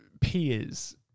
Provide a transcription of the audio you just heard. peers